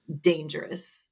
dangerous